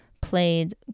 played